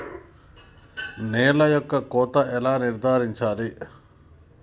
నేల యొక్క కోత ఎలా నిర్ధారించాలి?